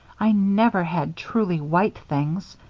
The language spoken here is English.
i never had truly white things.